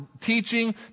teaching